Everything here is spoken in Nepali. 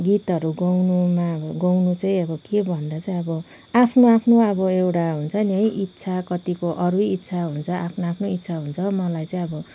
गीतहरू गाउनुमा गाउनु चाहिँ अब के भन्दा चाहिँ अब आफ्नो आफ्नो अब एउटा हुन्छ नि है इच्छा कतिको अरू नै इच्छा हुन्छ आफ्नो आफ्नै इच्छा हुन्छ मलाई चाहिँ अब